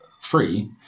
free